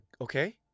Okay